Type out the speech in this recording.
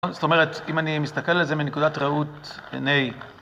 זאת אומרת, אם אני מסתכל על זה מנקודת ראות עיני...